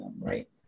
right